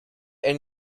and